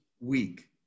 week